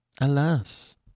Alas